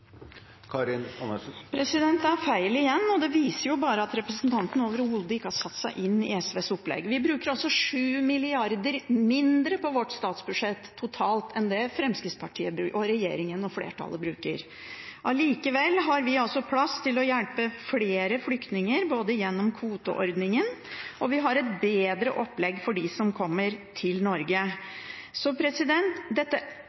Det er feil igjen, og det viser jo bare at representanten overhodet ikke har satt seg inn i SVs opplegg. Vi bruker 7 mrd. kr mindre på vårt statsbudsjett totalt enn det Fremskrittspartiet og regjeringen og flertallet bruker. Likevel har vi plass til å hjelpe flere flyktninger gjennom kvoteordningen, og vi har et bedre opplegg for dem som kommer til Norge. Denne rare måten å diskutere dette